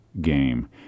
game